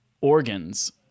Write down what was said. organs